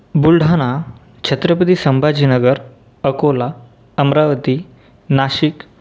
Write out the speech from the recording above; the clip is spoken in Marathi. बुलढाणा छत्रपती संभाजीनगर अकोला अमरावती नाशिक